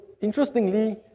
interestingly